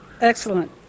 excellent